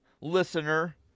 listener